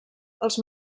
els